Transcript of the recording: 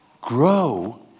grow